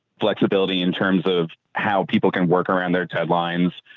flexibility in terms of how people can work around their deadlines.